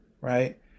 right